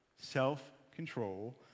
Self-control